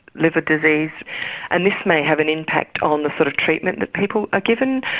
liver disease and this may have an impact on the sort of treatment that people are given.